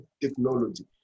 technology